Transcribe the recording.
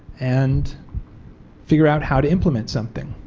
and figure out how to implement something.